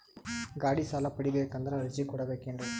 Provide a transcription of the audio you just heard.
ಗಾಡಿ ಸಾಲ ಪಡಿಬೇಕಂದರ ಅರ್ಜಿ ಕೊಡಬೇಕೆನ್ರಿ?